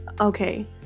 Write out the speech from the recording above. okay